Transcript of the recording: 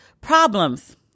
problems